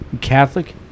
Catholic